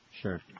Sure